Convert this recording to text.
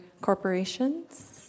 corporations